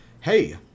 hey